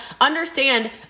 understand